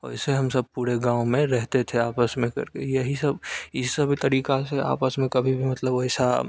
वैसे हम सब पूरे गाँव में रहते थे आपस में करके यही सब ये सब तरीका से आपस में कभी भी मतलब वैसा